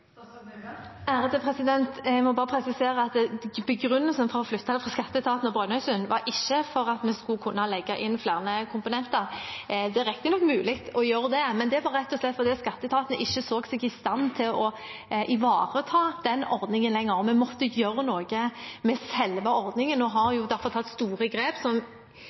Jeg må bare presisere at begrunnelsen for å flytte det fra skatteetaten til Brønnøysund ikke var at vi skulle kunne legge inn flere komponenter – det er riktignok mulig å gjøre det – men rett og slett at skatteetaten ikke så seg i stand til å ivareta den ordningen lenger. Vi måtte gjøre noe med selve ordningen, og vi har derfor tatt store grep.